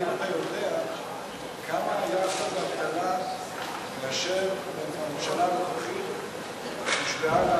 האם אתה יודע מה היה אחוז האבטלה כאשר הממשלה הנוכחית הושבעה?